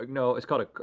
like no, it's called a